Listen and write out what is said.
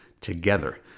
together